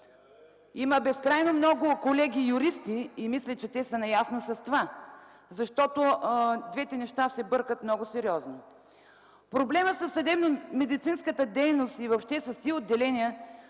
Има безкрайно много колеги-юристи и мисля, че те са наясно с това, защото двете неща са бъркат много сериозно. Проблемът със съдебномедицинската дейност и въобще с тези отделения